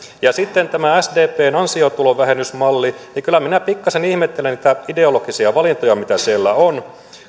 sitten tämä sdpn ansiotulovähennysmalli kyllä minä pikkasen ihmettelen näitä ideo logisia valintoja mitä siellä on